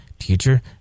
Teacher